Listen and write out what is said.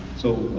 so,